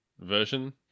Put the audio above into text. version